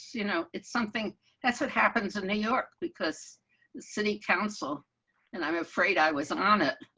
you know, it's something that's what happens in new york because city council and i'm afraid i was on it.